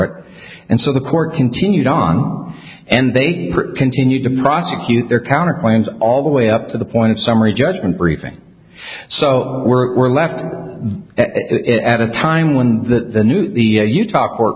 it and so the court continued on and they continued to prosecute their counter claims all the way up to the point of summary judgment briefing so we're we're left at a time when the new the utah